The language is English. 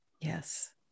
Yes